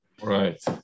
right